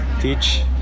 teach